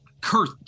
curse